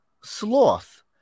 sloth